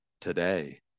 today